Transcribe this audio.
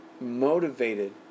motivated